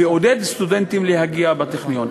ועודד סטודנטים להגיע לטכניון.